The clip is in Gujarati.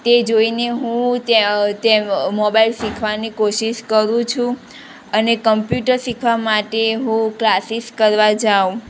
તે જોઈને હું તે મોબાઈલ શીખવાની કોશિષ કરું છું અને કંપ્યુટર શીખવા માટે હું ક્લાસીસ કરવા જાઉં